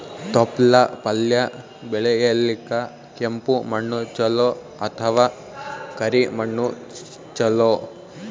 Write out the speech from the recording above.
ತೊಪ್ಲಪಲ್ಯ ಬೆಳೆಯಲಿಕ ಕೆಂಪು ಮಣ್ಣು ಚಲೋ ಅಥವ ಕರಿ ಮಣ್ಣು ಚಲೋ?